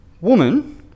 Woman